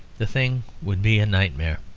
the thing would be a nightmare.